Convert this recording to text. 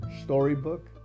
storybook